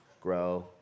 grow